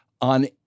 on